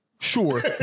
Sure